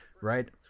right